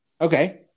Okay